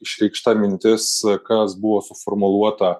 išreikšta mintis kas buvo suformuluota